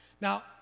Now